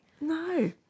No